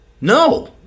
No